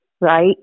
right